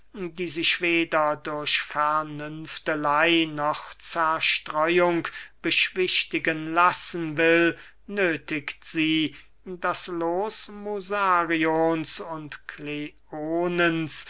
die sich weder durch vernünfteley noch zerstreuung beschwichtigen lassen will nöthigt sie das loos musarions und kleonens